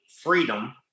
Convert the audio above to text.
freedom